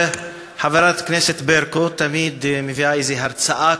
חברת הכנסת ברקו תמיד מביאה איזה הרצאה,